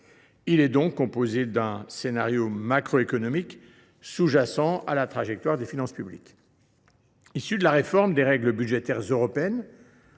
Il est donc composé d’un scénario macroéconomique sous jacent à la trajectoire de finances publiques. Issu de la réforme des règles budgétaires européennes